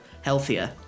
healthier